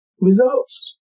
results